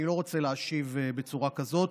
אני לא רוצה להשיב בצורה כזאת.